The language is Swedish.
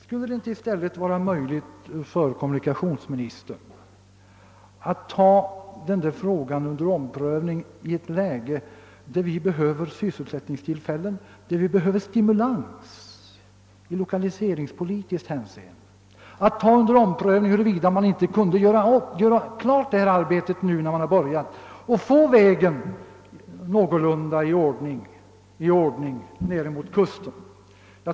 Skulle det i stället inte vara möjligt för kommunikationsministern att ta denna fråga under omprövning i ett läge då vi behöver sysselsättningstillfällen, då vi behöver stimulans i lokaliseringspolitiskt hänseende, att ta under omprövning huruvida man inte kan slutföra detta arbete när det har påbörjats, varigenom man kunde få vägen någorlunda i ordning ned mot kusten.